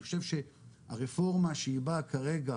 אני חושב שהרפורמה שהיא באה כרגע